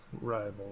Rival